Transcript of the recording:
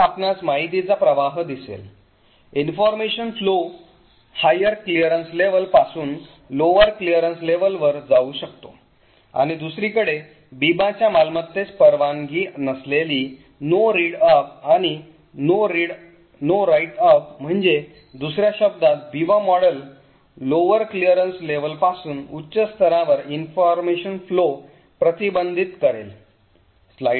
तर आपणास माहितीचा प्रवाह दिसेल information flow higher clearance level पासून lower clearance level वर जाऊ शकतो आणि दुसरीकडे बीबाच्या मालमत्तेस परवानगी नसलेली no read up आणि no write up म्हणजे दुसर्या शब्दात Biba model lower clearance level पासून उच्च स्तरावर information flow प्रतिबंधित करेल